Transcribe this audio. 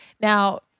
Now